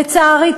לצערי,